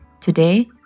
Today